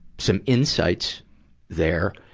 some insights there.